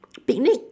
picnic